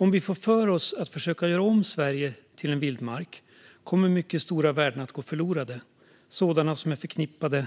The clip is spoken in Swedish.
Om vi får för oss att försöka göra om Sverige till en vildmark kommer mycket stora värden att gå förlorade, sådana som är förknippade